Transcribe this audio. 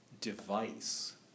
device